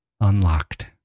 unlocked